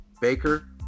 Baker